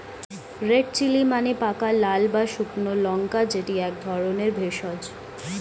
red chilli মানে পাকা লাল বা শুকনো লঙ্কা যেটি এক ধরণের ভেষজ